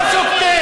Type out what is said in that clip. אוסקוט.